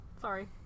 Sorry